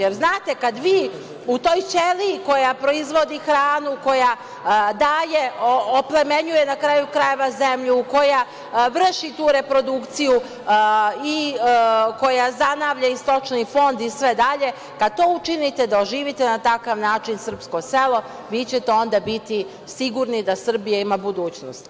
Jer, znate, kad vi u toj ćeliji koja proizvodi hranu, koja daje, oplemenjuje, na kraju krajeva, zemlju, koja vrši tu reprodukciju i koja zanavlja i stočni fond i sve dalje, kad to učinite da oživite na takav način srpsko selo, vi ćete onda biti sigurni da Srbija ima budućnost.